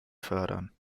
fördern